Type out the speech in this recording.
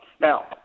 Now